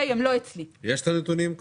יש את הנתונים?